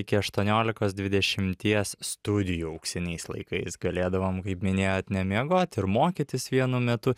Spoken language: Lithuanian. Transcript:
iki aštuoniolikos dvidešimties studijų auksiniais laikais galėdavom kaip minėjot nemiegot ir mokytis vienu metu